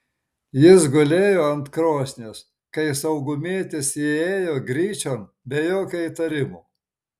jis gulėjo ant krosnies kai saugumietis įėjo gryčion be jokio įtarimo